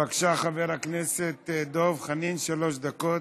בבקשה, חבר הכנסת דב חנין, שלוש דקות.